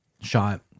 shot